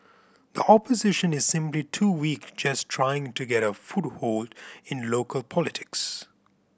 the Opposition is simply too weak just trying to get a foothold in local politics